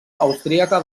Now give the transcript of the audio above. austríaca